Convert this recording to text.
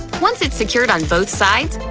once it's secured on both sides,